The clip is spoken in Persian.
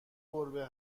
گربه